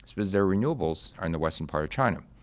it's because their renewables are in the western part of china,